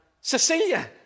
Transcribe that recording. Cecilia